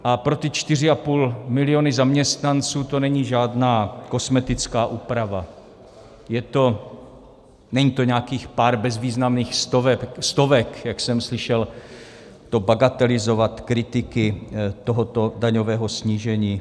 A pro ty 4,5 milionu zaměstnanců to není žádná kosmetická úprava, není to nějakých pár bezvýznamných stovek, jak jsem slyšel to bagatelizovat kritiky tohoto daňového snížení.